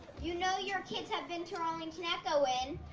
you know your kids have been to arlington echo when.